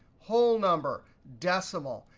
whole number, decimal.